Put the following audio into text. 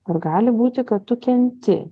ar gali būti kad tu kenti